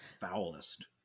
foulest